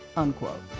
unquote.